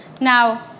Now